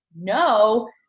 no